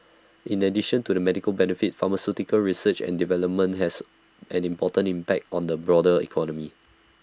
in addition to the medical benefit pharmaceutical research and development has an important impact on the broader economy